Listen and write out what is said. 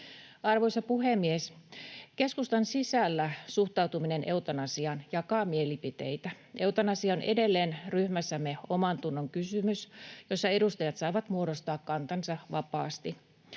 Arvoisa puhemies! Keskustan sisällä suhtautuminen eutanasiaan jakaa mielipiteitä. Eutanasia on edelleen ryhmässämme omantunnonkysymys, jossa edustajat saavat muodostaa kantansa vapaasti.